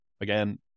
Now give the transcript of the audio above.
again